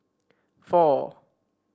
four